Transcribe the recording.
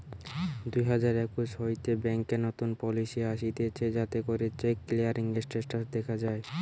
দুই হাজার একুশ হইতে ব্যাংকে নতুন পলিসি আসতিছে যাতে করে চেক ক্লিয়ারিং স্টেটাস দখা যায়